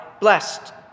blessed